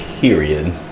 Period